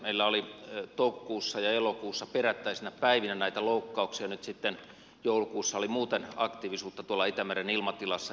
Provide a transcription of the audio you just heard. meillä oli toukokuussa ja elokuussa perättäisinä päivinä näitä loukkauksia nyt joulukuussa oli muuten aktiivisuutta tuolla itämeren ilmatilassa ja ilmeisesti loukkauksia suoraan